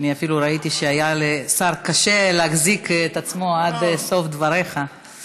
אני אפילו ראיתי שהיה לשר קשה להחזיק את עצמו עד סוף דבריך.